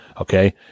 Okay